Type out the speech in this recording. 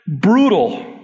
brutal